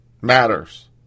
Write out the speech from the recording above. matters